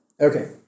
Okay